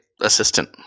assistant